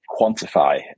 quantify